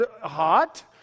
Hot